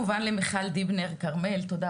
למיכל דיבנר כרמל,